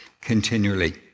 continually